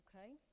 Okay